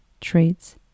traits